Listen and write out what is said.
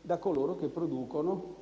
da coloro che producono con